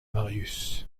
marius